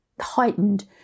heightened